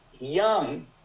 Young